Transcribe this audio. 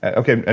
and okay,